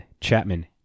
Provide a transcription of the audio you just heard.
Chapman